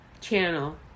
channel